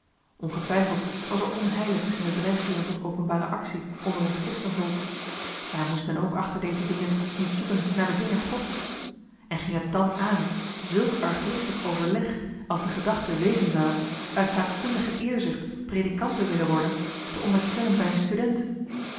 ongetwijfeld was er onheiligs in de drijfveeren tot openbare actie onder ons christenvolk maar moest men ook achter deze dingen niet zoeken naar den vinger gods en ging het dàn aan zùlk arglistig overleg als de gedachte wezen zou uit staatkundige eerzucht predikant te willen worden te onderstellen bij een student